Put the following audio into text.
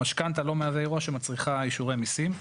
המשכנתא לא מהווה אירוע שמצריכה אישורי מיסים.